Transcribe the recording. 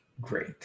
great